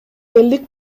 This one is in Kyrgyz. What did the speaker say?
элдик